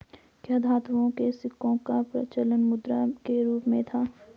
क्या धातुओं के सिक्कों का प्रचलन मुद्रा के रूप में था?